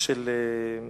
של